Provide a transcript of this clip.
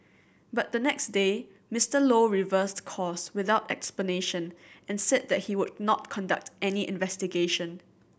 but the next day Mister Low reversed course without explanation and said that he would not conduct any investigation